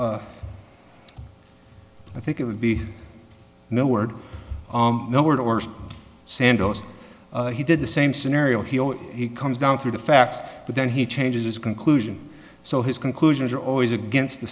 i think it would be no word no word or sandals he did the same scenario he oh he comes down through the facts but then he changes his conclusion so his conclusions are always against the